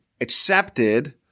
accepted